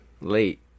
late